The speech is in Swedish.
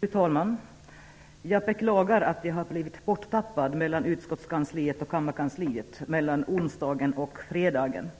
Fru talman! Jag beklagar att min anmälan till talarlistan har tappats bort på vägen från utskottskansliet till kammarkansliet mellan onsdagen och fredagen.